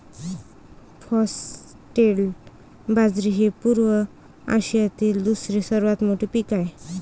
foxtail बाजरी हे पूर्व आशियातील दुसरे सर्वात मोठे पीक आहे